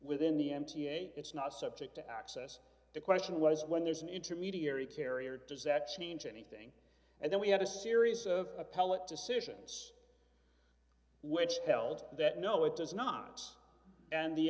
within the m t a it's not subject to access the question was when there's an intermediary carrier does that change anything and then we had a series of appellate decisions which held that no it does not and the